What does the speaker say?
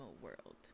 World